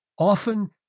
Often